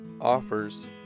offers